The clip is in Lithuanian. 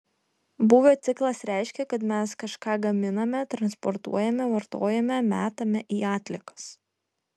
būvio ciklas reiškia kad mes kažką gaminame transportuojame vartojame metame į atliekas